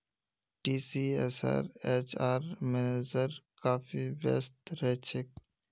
टीसीएसेर HR manager काफी व्यस्त रह छेक